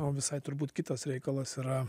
o visai turbūt kitas reikalas yra